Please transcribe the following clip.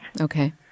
Okay